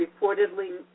reportedly